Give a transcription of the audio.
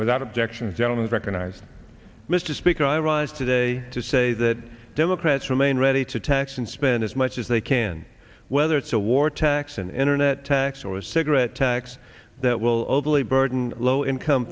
without objection gentlemen recognize mr speaker i rise today to say that democrats remain ready to tax and spend as much as they can whether it's a war tax an internet tax or a cigarette tax that will overly burden low income